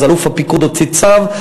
אז אלוף הפיקוד הוציא צו,